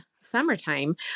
summertime